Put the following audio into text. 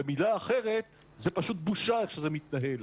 במילה אחרת, זה פשוט בושה איך שזה מתנהל.